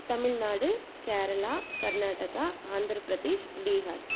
Tamil Nadu Kerala Karnataka Andhra Pradesh Bihar